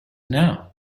now